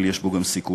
אבל יש בו גם סיכויים?